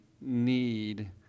need